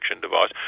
device